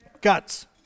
Guts